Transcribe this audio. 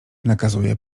nakazuje